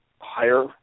higher